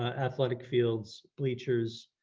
athletic fields, bleachers,